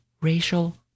racial